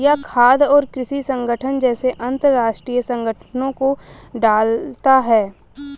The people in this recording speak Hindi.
यह खाद्य और कृषि संगठन जैसे अंतरराष्ट्रीय संगठनों को डालता है